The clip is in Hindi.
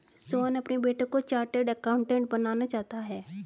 सोहन अपने बेटे को चार्टेट अकाउंटेंट बनाना चाहता है